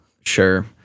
Sure